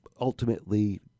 ultimately